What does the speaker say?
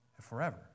forever